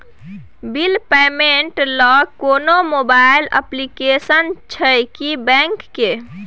Bill payment ल कोनो mobile application छै की बैंक के?